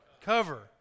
Cover